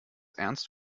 ernst